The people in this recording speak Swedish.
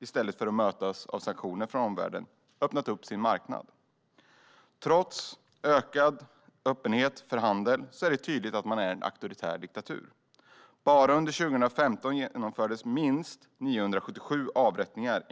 i stället för att mötas av sanktioner från omvärlden, öppnat upp sin marknad. Trots ökad öppenhet för handel är det tydligt att man är en auktoritär diktatur. Bara under 2015 genomfördes enligt Amnesty minst 977 avrättningar.